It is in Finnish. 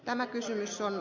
tämä kysymys on